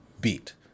beat